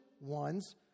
ones